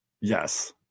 Yes